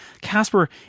casper